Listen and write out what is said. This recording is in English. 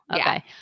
Okay